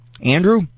Andrew